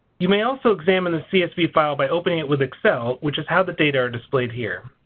you may also examine a csv file by opening it with excel which is how the data are displayed here.